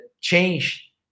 change